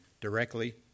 directly